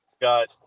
Got